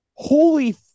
Holy